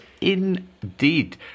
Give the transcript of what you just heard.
indeed